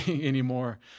anymore